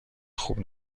خوب